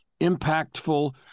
impactful